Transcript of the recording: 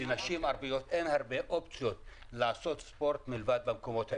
לנשים ערביות אין הרבה אופציות לעשות ספורט אלא רק במקומות האלה.